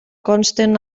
consten